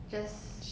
just